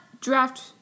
draft